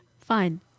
Fine